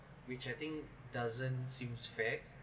which I think doesn't seems fair